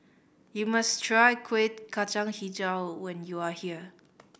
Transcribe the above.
you must try Kuih Kacang Hijau when you are here